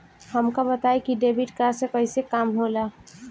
हमका बताई कि डेबिट कार्ड से कईसे काम होला?